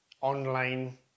online